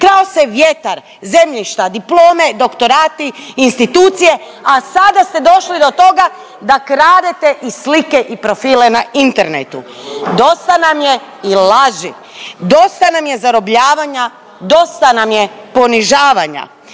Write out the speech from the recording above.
krao se vjetar, zemljišta, diplome, doktorati, institucije, a sada ste došli do toga da kradete i slike i profile na internetu. Dosta nam je i laži. Dosta nam je zarobljavanja. Dosta nam je ponižavanja.